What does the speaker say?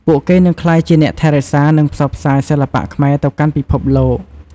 ពួកគេនឹងក្លាយជាអ្នកថែរក្សា និងផ្សព្វផ្សាយសិល្បៈខ្មែរទៅកាន់ពិភពលោក។